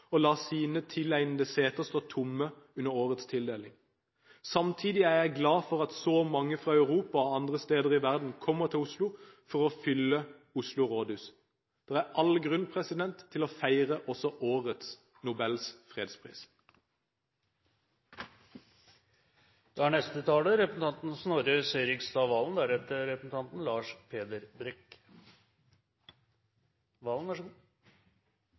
sine tilegnede seter stå tomme under årets tildeling. Samtidig er jeg glad for at så mange fra Europa og andre steder i verden kommer til Oslo for å fylle Oslo Rådhus. Det er all grunn til å feire også årets Nobels fredspris.